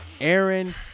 Aaron